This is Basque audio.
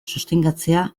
sostengatzea